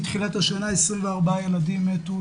מתחילת השנה 24 ילדים מתו בכבישים,